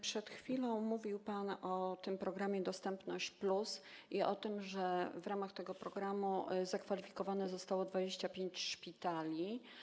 Przed chwilą mówił pan o tym programie „Dostępność+” i o tym, że w ramach tego programu zakwalifikowanych zostało 25 szpitali.